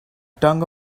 tongue